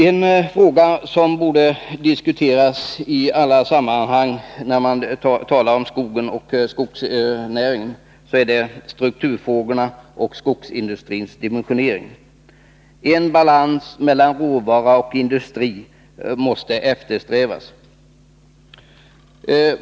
En fråga som borde diskuteras i alla sammanhang när man talar om skogen och skogsnäringen är strukturfrågorna och skogsindustrins dimensionering. En balans mellan råvara och industri måste eftersträvas.